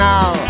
Now